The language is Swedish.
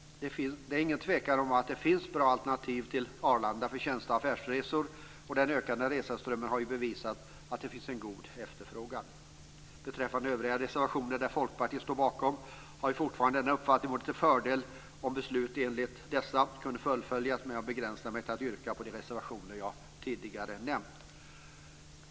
Det är inget tvivel om att det finns bra alternativ till Arlanda för tjänste och affärsresor, och den ökande resandeströmmen har ju visat att det finns en god efterfrågan. Beträffande övriga reservationer som Folkpartiet står bakom har vi fortfarande den uppfattningen att det vore till fördel om beslut kunde fattas i enlighet med dessa, men jag begränsar mig till att yrka bifall till de reservationer som jag tidigare nämnt.